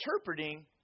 interpreting